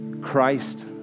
Christ